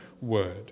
Word